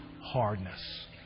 hardness